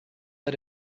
let